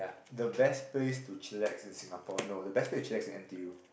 the best place to chillax in Singapore no the best place to chillax in N_T_U